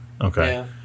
Okay